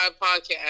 Podcast